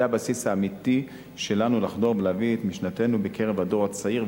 זה הבסיס האמיתי שלנו לחדור ולהביא את משנתנו בקרב הדור הצעיר.